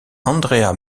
andrea